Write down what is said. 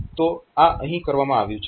તો આ અહીં કરવામાં આવ્યું છે